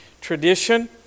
tradition